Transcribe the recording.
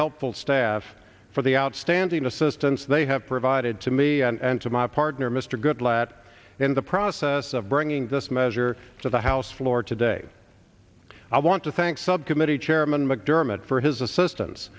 helpful staff for the outstanding assistance they have provided to me and to my partner mr goodlatte in the process of bringing this measure to the house floor today i want to thank subcommittee chairman mcdermott for his assistance